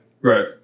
Right